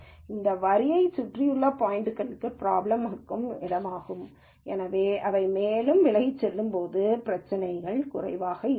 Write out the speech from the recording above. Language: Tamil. இந்த வரியைச் சுற்றியுள்ள பாயிண்ட்கள் பிராப்ளம் இருக்கும் இடமாகும் ஏனெனில் அவை மேலும் விலகிச் செல்லும்போது பிரச்சினைகள் குறைவாக இருக்கும்